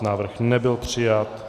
Návrh nebyl přijat.